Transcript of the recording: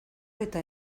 eta